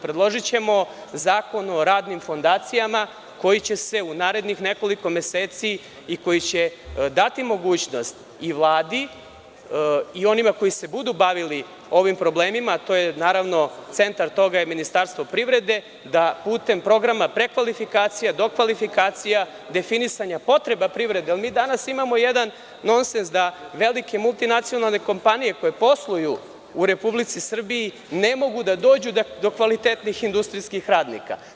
Predložićemo zakon o radnim fondacijama koji će se u narednih nekoliko meseci i koji će dati mogućnost i Vladi i onima koji se budu bavili ovim problemima, a centar toga je Ministarstvo poljoprivrede, da putem programa prekvalifikacije, dokvalifikacija, definisanja potreba privrede, jer mi danas imamo jedan nonsens da velike multinacionalne kompanije koje posluju u Republici Srbiji ne mogu da dođu do kvalitetnih industrijskih radnika.